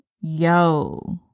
Yo